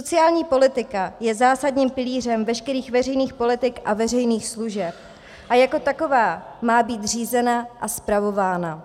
Sociální politika je zásadním pilířem veškerých veřejných politik a veřejných služeb a jako taková má být řízena a spravována.